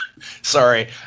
sorry